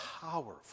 powerful